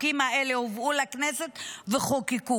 החוקים האלה הובאו לכנסת וחוקקו.